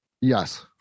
Yes